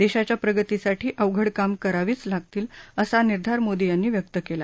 देशाच्या प्रगतीसाठी अवघड कामं करावीच लागतील असा निर्धार मोदी यांनी व्यक्त केला